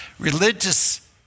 Religious